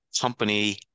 company